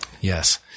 Yes